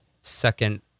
second